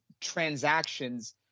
transactions